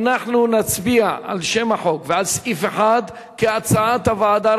אנחנו נצביע על שם החוק ועל סעיף 1 כהצעת הוועדה.